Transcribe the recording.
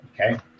Okay